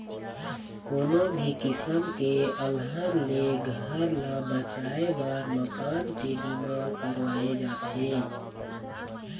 कोनो भी किसम के अलहन ले घर ल बचाए बर मकान के बीमा करवाए जाथे